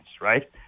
right